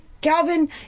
Calvin